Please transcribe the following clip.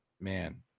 man